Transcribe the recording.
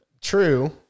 True